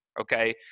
okay